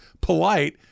polite